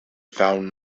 found